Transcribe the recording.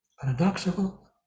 paradoxical